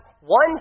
one